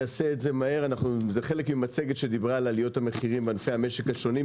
זה חלק ממצגת שדיברה על עליות המחירים בענפי המשק השונים,